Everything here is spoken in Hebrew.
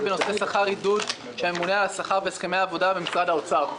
בנושא שכר עידוד של הממונה על השכר בהסכמי עבודה במשרד האוצר.